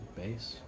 base